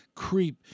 creep